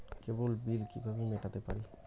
কেবল bill কিভাবে মেটাতে পারি?